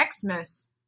Xmas